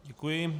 Děkuji.